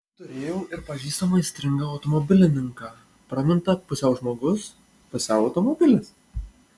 turėjau ir pažįstamą aistringą automobilininką pramintą pusiau žmogus pusiau automobilis